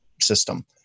system